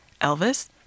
Elvis